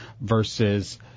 versus